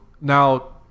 now